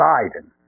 Biden